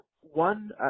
one